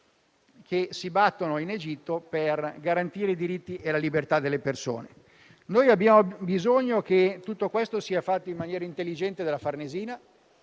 che si battono in Egitto per garantire i diritti e la libertà delle persone. Abbiamo bisogno che tutto questo sia fatto in maniera intelligente dalla Farnesina.